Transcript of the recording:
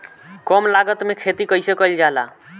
कम लागत में खेती कइसे कइल जाला?